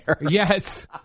Yes